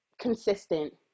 consistent